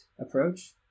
approach